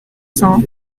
cents